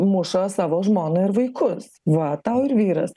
muša savo žmoną ir vaikus va tau ir vyras